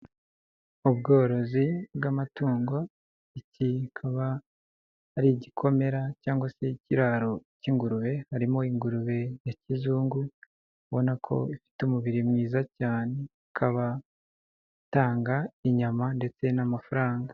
Ubworozi bw'amatungo iki kikaba ari igikomera cyangwa se ikiraro k'ingurube harimo ingurube ya kizungu ubona ko ifite umubiri mwiza cyane ikaba itanga inyama ndetse n'amafaranga.